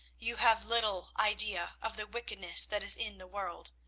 you have little idea of the wickedness that is in the world!